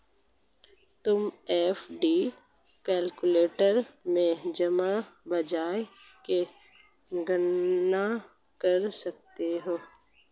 तुम FD calculator में जमा ब्याज की गणना कर सकती हो